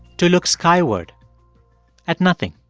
to look skyward at nothing.